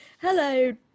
Hello